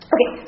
Okay